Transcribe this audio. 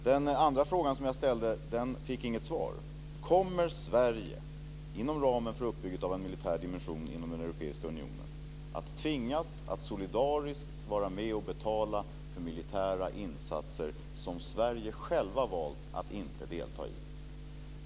Min andra fråga fick inget svar: Kommer Sverige, inom ramen för uppbyggandet av en militär dimension inom den europeiska unionen, att tvingas att solidariskt vara med och betala för militära insatser som Sverige självt har valt att inte delta i?